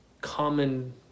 common